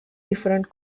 different